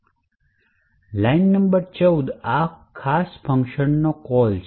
line number 14 આ ખાસ function નો કોલ છે